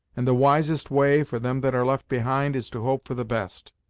and the wisest way, for them that are left behind, is to hope for the best.